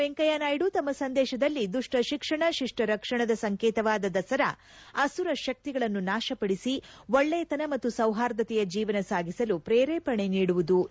ವೆಂಕಯ್ಥನಾಯ್ದು ತಮ್ಮ ಸಂದೇಶದಲ್ಲಿ ದುಷ್ಷ ಶಿಕ್ಷಣ ಶಿಷ್ಟ ರಕ್ಷಣದ ಸಂಕೇತವಾದ ದಸರಾ ಅಸುರ ಶಕ್ತಿಗಳನ್ನು ನಾಶಪಡಿಸಿ ಒಳ್ಳೆಯತನ ಮತ್ತು ಸೌಹಾರ್ದತೆಯ ಜೀವನ ಸಾಗಿಸಲು ಪ್ರೇರೇಪಣೆ ನೀಡುವುದು ಎಂದಿದ್ದಾರೆ